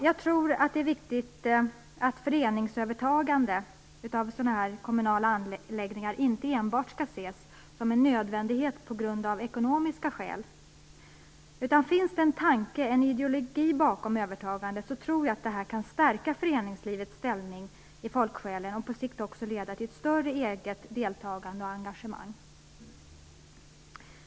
Jag tror att det är viktigt att föreningars övertagande av kommunala anläggningar inte enbart ses som en nödvändighet på grund av ekonomiska skäl. Om det finns en tanke, en ideologi, bakom övertagandet tror jag att det kan stärka föreningslivets ställning i folksjälen och på sikt också leda till ett större eget deltagande och engagemang.